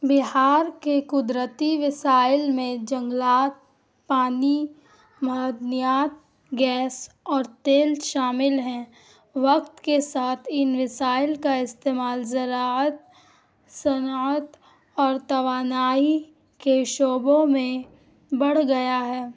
بہار کے قدرتی وسائل میں جنگلات پانی معدنیات گیس اور تیل شامل ہیں وقت کے ساتھ ان وسائل کا استعمال زراعت صنعت اور توانائی کے شعبوں میں بڑھ گیا ہے